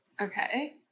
okay